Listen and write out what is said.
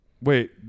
Wait